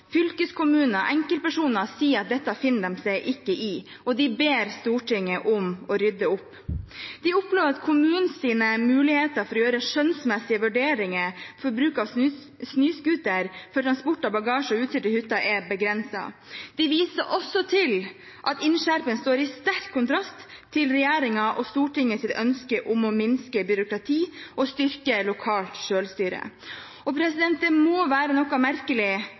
fylkeskommuner og enkeltpersoner sier at dette finner de seg ikke i. Og de ber Stortinget om å rydde opp. De opplever at kommunenes muligheter til å gjøre skjønnsmessige vurderinger for bruk av snøscooter for transport av bagasje og utstyr til hytta er begrenset. De viser også til at innskjerpingen står i sterk kontrast til regjeringens og Stortingets ønske om å minske byråkrati og styrke lokalt selvstyre. Det må være noe merkelig